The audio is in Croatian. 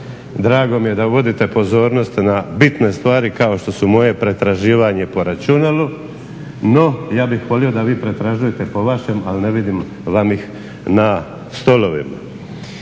Drago mi je da vodite pozornost na bitne stvari kao što su moje pretraživanje po računalu. No, ja bih volio da vi pretražujete po vašem, ali ne vidim vam ih na stolovima.